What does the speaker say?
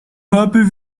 happy